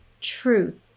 truth